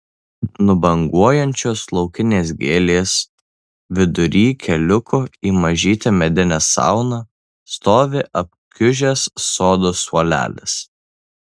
nubanguojančios laukinės gėlės vidury keliuko į mažytę medinę sauną stovi apkiužęs sodo suolelis